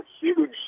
huge